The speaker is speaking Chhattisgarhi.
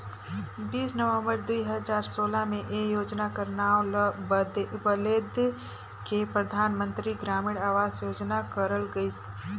बीस नवंबर दुई हजार सोला में ए योजना कर नांव ल बलेद के परधानमंतरी ग्रामीण अवास योजना करल गइस